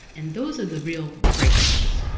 and those are the real breakthroughs.